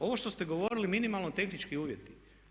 Ovo što ste govorili minimalni tehnički uvjeti.